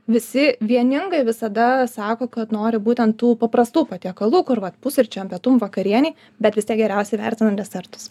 visi vieningai visada sako kad nori būtent tų paprastų patiekalų kur vat pusryčiam pietum vakarienei bet vis tiek geriausiai vertina desertus